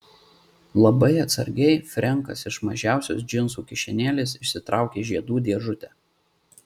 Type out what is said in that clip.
labai atsargiai frenkas iš mažiausios džinsų kišenėlės išsitraukė žiedų dėžutę